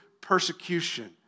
persecution